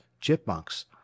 chipmunks—